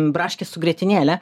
braškes su grietinėle